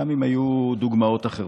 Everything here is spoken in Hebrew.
גם אם היו דוגמאות אחרות.